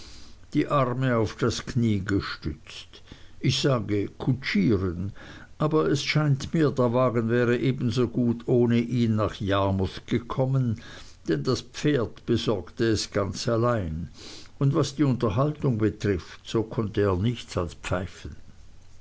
die arme auf das knie gestützt ich sage kutschieren aber es scheint mir der wagen wäre ebensogut ohne ihn nach yarmouth gekommen denn das pferd besorgte es ganz allein und was die unterhaltung betrifft so konnte er nichts als pfeifen